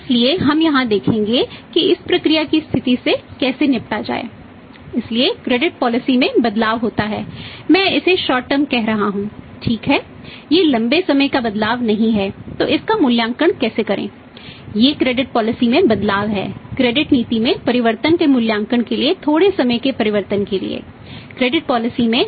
इसलिए हम यहां देखेंगे कि इस प्रकार की स्थिति से कैसे निपटा जाए इसलिए क्रेडिट पॉलिसी है